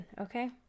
okay